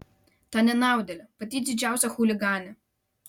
ta nenaudėlė pati didžiausia chuliganė